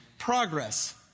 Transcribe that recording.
Progress